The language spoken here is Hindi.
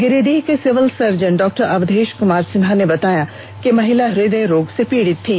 गिरिडीह के सिविल सर्जन डॉ अवधेश कुमार सिन्हा ने बताया कि महिला हृदय रोग से पीड़ित थी